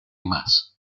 más